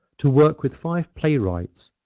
to work with five playwrights,